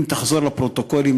אם תחזור לפרוטוקולים,